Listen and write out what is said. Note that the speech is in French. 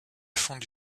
fonde